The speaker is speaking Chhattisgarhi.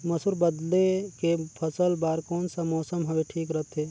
मसुर बदले के फसल बार कोन सा मौसम हवे ठीक रथे?